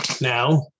Now